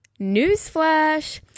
Newsflash